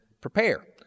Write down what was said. prepare